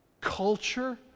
culture